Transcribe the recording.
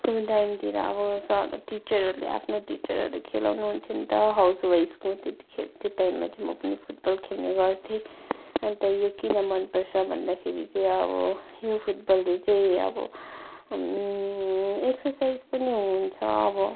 school टाइमतिर अब sir टिचरहरूले आफ्नो टिचरहरूले खेलाउनु हुन्थ्यो त हाउसवाइसको त्यतिखेर त्यो टाइममा चाहिँ म पनि फुटबल खेल्ने गर्थेँ अन्त यो किन मनपर्छ भन्दाखेरि चाहिँ अब यो फुटबलले चाहिँ अब एक्सर्साइज पनि हुन्छ अब